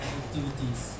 activities